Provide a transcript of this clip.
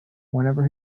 whenever